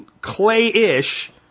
clay-ish